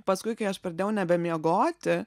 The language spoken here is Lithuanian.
paskui kai aš pradėjau nebemiegoti